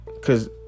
Cause